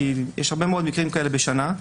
כי יש הרבה מאוד מקרים כאלה בשנה,